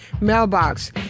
Mailbox